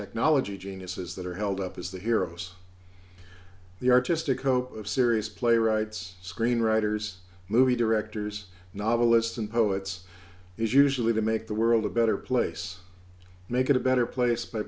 technology geniuses that are held up as the heroes the artistic hope of serious playwrights screenwriters movie directors novelists and poets is usually to make the world a better place make it a better place by